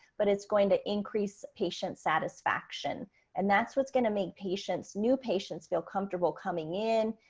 but it's going to increase patient satisfaction and that's, what's going to make patients new patients feel comfortable coming in.